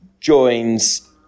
joins